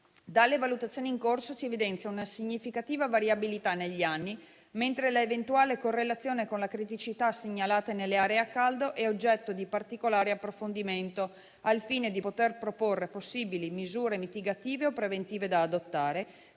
Dalle valutazioni in corso si evidenzia una significativa variabilità negli anni, mentre l'eventuale correlazione con le criticità segnalate nelle aree a caldo è oggetto di particolare approfondimento, al fine di poter proporre possibili misure mitigative o preventive da adottare,